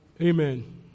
Amen